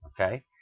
okay